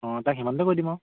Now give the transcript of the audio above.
অঁ তাক সিমানতে কৈ দিম আৰু